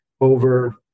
over